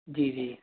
जी जी